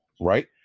right